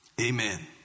Amen